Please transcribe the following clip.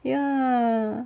ya